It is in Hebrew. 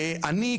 אני,